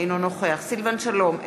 אינו נוכח סילבן שלום,